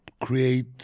create